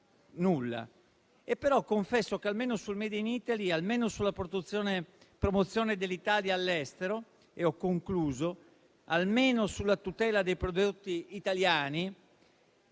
nulla. Però confesso che, almeno sul *made in Italy*, almeno sulla promozione dell'Italia all'estero, almeno sulla tutela dei prodotti italiani,